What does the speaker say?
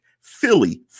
Philly